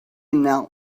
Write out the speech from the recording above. knelt